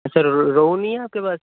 سر روہو نہیں ہے آپ کے پاس